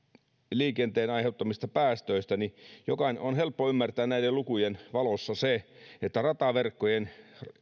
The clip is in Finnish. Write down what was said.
liikenteen aiheuttamista päästöistä niin on helppo ymmärtää näiden lukujen valossa se että rataverkkojen